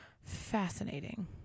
Fascinating